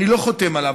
אני לא חותם עליו,